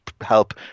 help